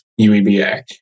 UEBA